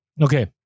Okay